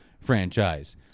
franchise